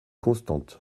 constante